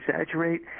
exaggerate